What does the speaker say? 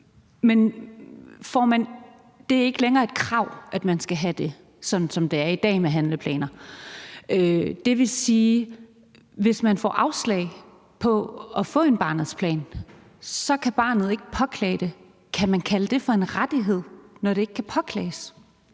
Det er ikke længere et krav, at man skal have det, sådan som det er i dag med handleplaner. Det vil sige, at hvis man får afslag på at få en barnets plan, kan barnet ikke påklage det. Kan man kalde det for en rettighed, når det ikke kan påklages?